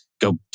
go